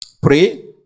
pray